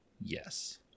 Yes